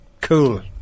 cool